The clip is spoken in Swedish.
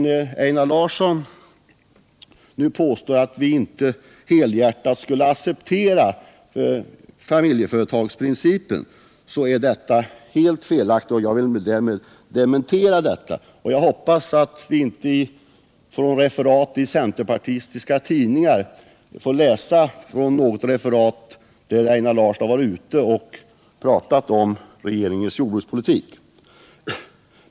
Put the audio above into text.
När Einar Larsson nu påstår att vi inte helhjärtat skulle acceptera familjeföretagsprincipen är det alltså helt felaktigt, och jag vill härmed dementera det. Jag hoppas att vi inte i referat i centerpartistiska tidningar skall få läsa att vi socialdemokrater inte helhjärtat skulle acceptera familjeföretagen som ägandeform, när Einar Larsson varit ute och pratat om regeringens jordbrukspolitik.